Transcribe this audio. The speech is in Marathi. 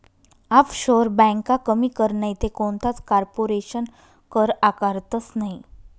आफशोअर ब्यांका कमी कर नैते कोणताच कारपोरेशन कर आकारतंस नयी